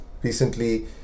Recently